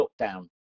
lockdown